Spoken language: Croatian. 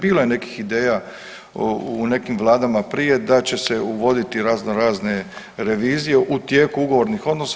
Bilo je nekih ideja u nekim vladama prije da će se uvoditi razno razne revizije u tijeku ugovornih odnosa.